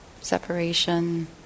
separation